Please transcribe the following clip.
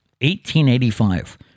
1885